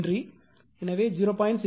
எனவே 0